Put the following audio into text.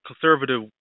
conservative